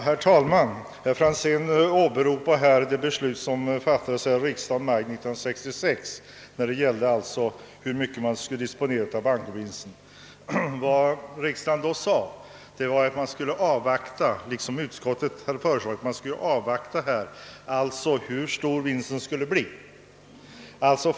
Herr talman! Herr Franzén åberopar det beslut som fattades av riksdagen i maj 1966 om hur mycket av riksbanksvinsten som skulle disponeras. Vad riksdagen då på utskottets förslag sade var att man skulle avvakta besked om hur stor vinsten skulle bli.